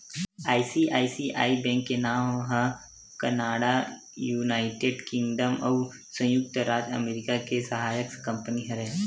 ICICI bank के नांव ह कनाड़ा, युनाइटेड किंगडम अउ संयुक्त राज अमरिका के सहायक कंपनी हरय